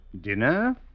Dinner